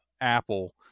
Apple